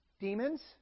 demons